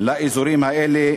לאזורים האלה,